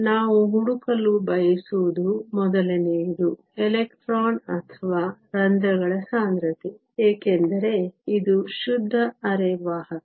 ನಾವು ಹುಡುಕಲು ಬಯಸುವುದು ಮೊದಲನೆಯದು ಎಲೆಕ್ಟ್ರಾನ್ ಅಥವಾ ರಂಧ್ರಗಳ ಸಾಂದ್ರತೆ ಏಕೆಂದರೆ ಇದು ಶುದ್ಧ ಅರೆವಾಹಕ